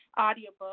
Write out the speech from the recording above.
audiobook